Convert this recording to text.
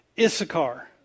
Issachar